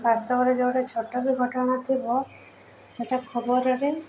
ବାସ୍ତବରେ ଯେଉଁଟା ଛୋଟ ବି ଘଟଣା ଥିବ ସେଇଟା ଖବରରେ